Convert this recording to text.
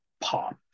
pop